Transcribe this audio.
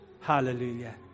Hallelujah